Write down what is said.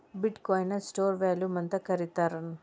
ಬಿಟ್ coin ನ store value ಅಂತ ಕರಿತಾರೆನ್